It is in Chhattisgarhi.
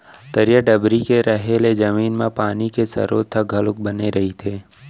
तरिया डबरी के रहें ले जमीन म पानी के सरोत ह घलोक बने रहिथे